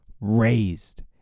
raised